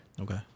okay